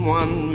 one